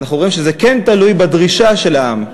אנחנו רואים שזה כן תלוי בדרישה של העם.